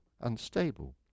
unstable